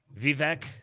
Vivek